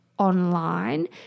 online